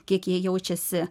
kiek jie jaučiasi